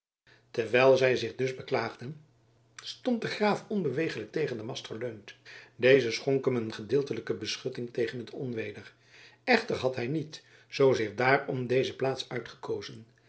terwijl zij zich dus beklaagden stond de graaf onbeweeglijk tegen den mast geleund deze schonk hem een gedeeltelijke beschutting tegen het onweder echter had hij niet zoozeer daarom deze plaats uitgekozen